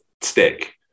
stick